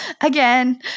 Again